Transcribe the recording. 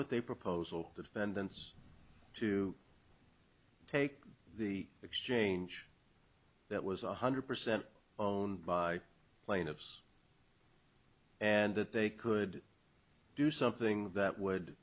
with a proposal defendants to take the exchange that was one hundred percent on by plaintiffs and that they could do something that would